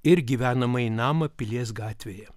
ir gyvenamąjį namą pilies gatvėje